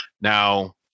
Now